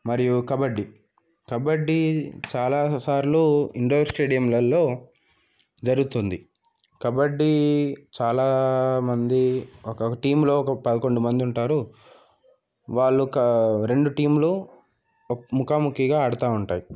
మరియు కబడ్డీ కబడ్డీ చాలాసార్లు ఇండోర్ స్టేడియంలల్లో జరుగుతుంది కబడ్డీ చాలామంది ఒక టీంలో ఒక పదకొండు మంది ఉంటారు వాళ్ళ ఒక రెండు టీంలు ముఖాముఖిగా ఆడతా ఉంటాయి